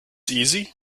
easy